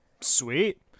Sweet